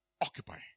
Occupy